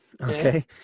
Okay